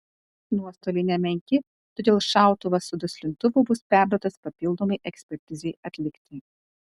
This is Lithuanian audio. nuostoliai nemenki todėl šautuvas su duslintuvu bus perduotas papildomai ekspertizei atlikti